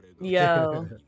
Yo